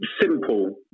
simple